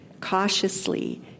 cautiously